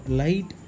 light